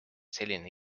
selline